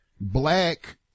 black